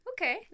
okay